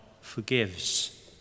forgives